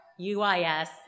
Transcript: UIS